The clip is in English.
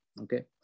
okay